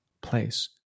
place